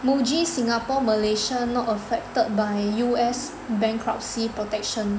Muji Singapore Malaysia not affected by U_S bankruptcy protection